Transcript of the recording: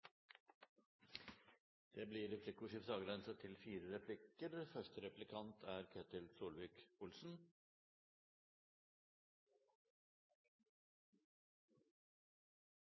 Det blir replikkordskifte. Første replikant er representanten Ketil